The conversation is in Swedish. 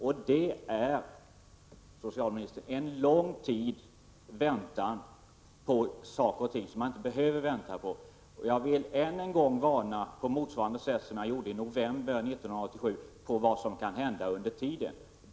Och detta, socialministern, är en lång väntan på något som man egentligen inte skulle behöva vänta på. Jag vill än en gång, på samma sätt som jag gjorde i november 1987, varna för vad som kan hända under tiden.